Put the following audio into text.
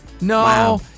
No